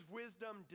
wisdom